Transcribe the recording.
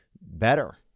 better